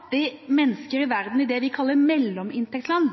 fattige mennesker i det vi kaller mellominntektsland